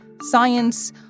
science